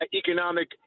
economic